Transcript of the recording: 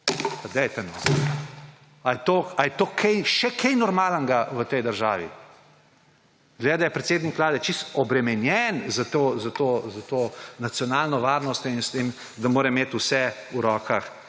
A je to še kaj normalnega v tej državi? Izgleda, da je predsednik Vlade čisto obremenjen s to nacionalno varnostjo in s tem, da mora imeti vse v rokah